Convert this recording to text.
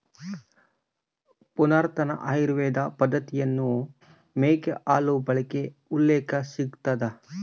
ಪುರಾತನ ಆಯುರ್ವೇದ ಪದ್ದತಿಯಲ್ಲಿ ಮೇಕೆ ಹಾಲು ಬಳಕೆಯ ಉಲ್ಲೇಖ ಸಿಗ್ತದ